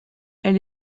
elle